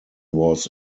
was